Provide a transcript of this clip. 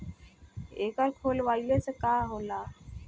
एकर खोलवाइले से का होला?